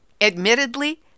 Admittedly